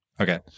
Okay